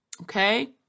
Okay